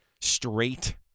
Straight